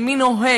על מי נוהג,